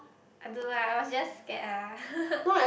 I don't know ah I was just scared ah